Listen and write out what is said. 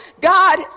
God